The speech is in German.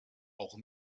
auch